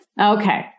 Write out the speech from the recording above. Okay